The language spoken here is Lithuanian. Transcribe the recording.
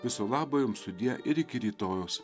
viso labo jums sudie ir iki rytojaus